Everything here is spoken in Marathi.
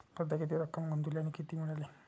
सध्या किती रक्कम गुंतवली आणि किती मिळाली